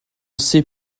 sait